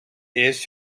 eerst